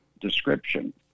description